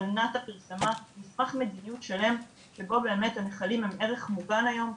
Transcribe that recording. פרסמה נספח מדיניות שלם שבו באמת הנחלים מופיעים כערך מוגן היום.